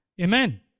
Amen